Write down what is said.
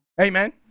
Amen